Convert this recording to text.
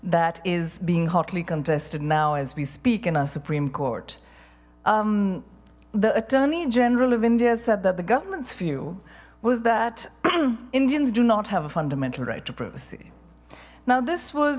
that is being hotly contested now as we speak in our supreme court the attorney general of india said that the government's view was that indians do not have a fundamental right to privacy now this was